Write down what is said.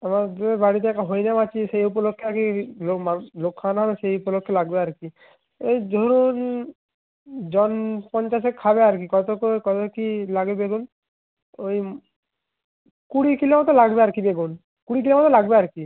আমাদের বাড়িতে একটা আছে সেই উপলক্ষ্যে আর কি লোক মানুষ লোক খাওয়ানো হবে সেই উপলক্ষ্যে লাগবে আর কি এই ধরুন জন পঞ্চাশেক খাবে আর কি কত করে কত কী লাগে বেগুন ওই কুড়ি কিলো মতো লাগবে আর কি বেগুন কুড়ি কিলো মতো লাগবে আর কি